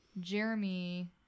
Jeremy